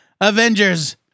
Avengers